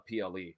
PLE